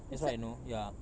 that's what I know ya